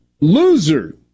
loser